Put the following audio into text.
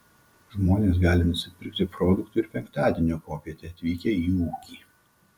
žmonės gali nusipirkti produktų ir penktadienio popietę atvykę į ūkį